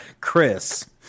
Chris